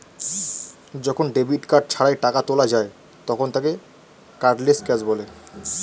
যখন debit card ছাড়াই টাকা তোলা যায় তখন তাকে কার্ডলেস ক্যাশ বলে